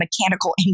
mechanical